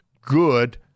good